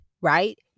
right